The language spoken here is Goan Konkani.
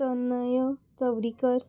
तनय चावडीकर